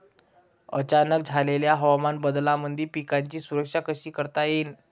अचानक झालेल्या हवामान बदलामंदी पिकाची सुरक्षा कशी करता येईन?